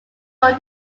role